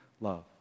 love